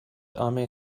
amir